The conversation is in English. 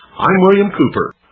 i'm william cooper.